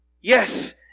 Yes